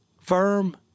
firm